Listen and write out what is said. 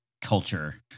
culture